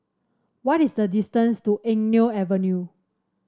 what is the distance to Eng Neo Avenue